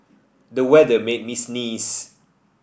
the weather made me sneeze